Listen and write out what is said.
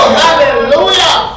hallelujah